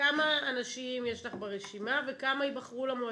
כמה אנשים יש לך ברשימה וכמה יבחרו למועצה?